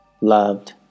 loved